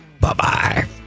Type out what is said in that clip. Bye-bye